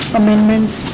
amendments